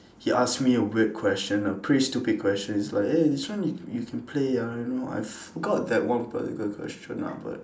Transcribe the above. he asked me a weird question a pretty stupid question it's like eh this one you you can play ah you know I forgot that one particular question ah but